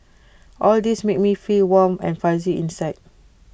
all these make me feel warm and fuzzy inside